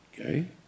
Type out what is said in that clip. Okay